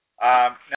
Now